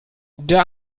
der